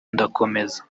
ndakomeza